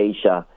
Asia